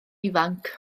ifanc